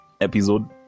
episode